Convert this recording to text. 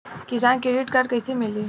किसान credit card कइसे मिली?